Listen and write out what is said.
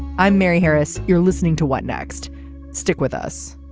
i'm mary harris. you're listening to what next stick with us